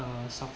uh suff~